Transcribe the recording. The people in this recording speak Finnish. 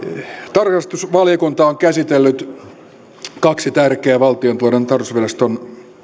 tarkastusvaliokunta on käsitellyt kaksi tärkeää valtiontalouden tarkastusviraston